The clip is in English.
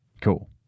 Cool